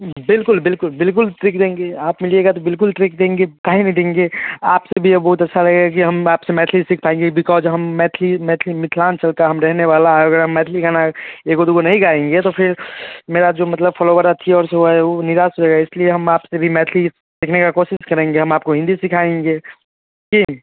बिल्कुल बिल्कुल बिल्कुल ट्रिक देंगे आप मिलिएगा तो बिल्कुल ट्रिक देंगे काहे ना देंगे आप से भी बहुत अच्छा लगेगा कि हम आप से मैथली सीख पाएँगे बिकॉज़ हम मैथली मैथली मिथलांचल का हम रहने वाला अगर हम मैथली गाना एगो दुगो नहीं गाएँगे तो फिर मेरा जो मतलब फॉलोवर अथि और सो है वो निराश हो जाएगा इस लिए हम आप से भी मैथली सीखने का कोशिश करेंगे हम आपको हिंदी सिखाएँगे कि